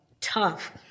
tough